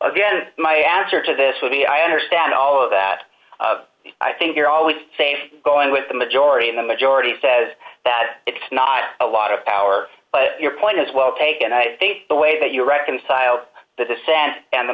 again my ass or to this would be i understand all of that i think you're always safe going with the majority in the majority says that it's not a lot of power but your point is well taken i think the way that you reconcile the senate and the